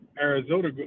Arizona –